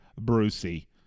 Brucey